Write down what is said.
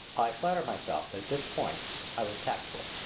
i flatter myself that at this point i was tactful.